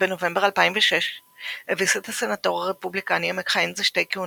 בנובמבר 2006 הביס את הסנאטור הרפובליקני המכהן זה שתי כהונות,